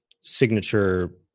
signature